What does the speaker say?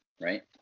Right